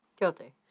Guilty